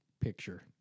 picture